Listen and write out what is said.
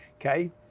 Okay